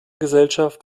gesellschaft